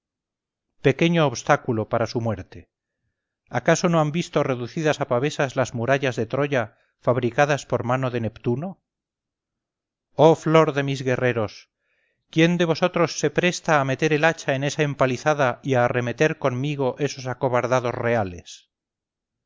pequeño obstáculo para su muerte acaso no han visto reducidas a pavesas las murallas de troya fabricadas por mano de neptuno oh flor de mis guerreros quién de vosotros se presta a meter el hacha en esa empalizada y a arremeter conmigo esos acobardados reales